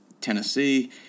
Tennessee